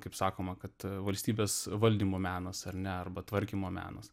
kaip sakoma kad valstybės valdymo menas ar ne arba tvarkymo menas